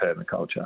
permaculture